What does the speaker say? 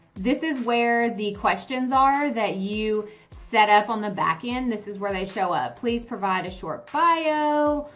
this is where the questions are that you set up on the back end. this is where they show up, please provide a short bio,